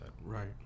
Right